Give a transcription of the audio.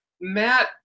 Matt